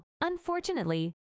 Unfortunately